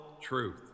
truth